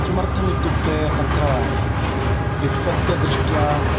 किमर्थम् इत्यक्ते अत्र व्युत्पत्यदृष्ट्या